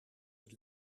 het